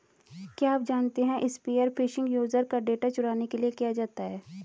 क्या आप जानते है स्पीयर फिशिंग यूजर का डेटा चुराने के लिए किया जाता है?